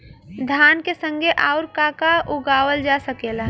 धान के संगे आऊर का का उगावल जा सकेला?